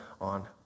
on